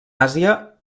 àsia